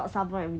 orh ya